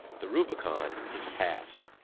the rubicon is passed.